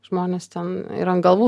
žmonės ten ir ant galvų